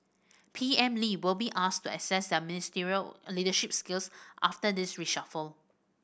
P M Lee will be to assess their ministerial leadership skills after this reshuffle